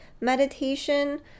Meditation